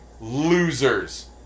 Losers